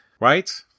right